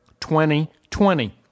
2020